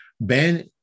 Ben